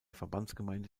verbandsgemeinde